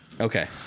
Okay